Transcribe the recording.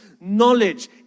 knowledge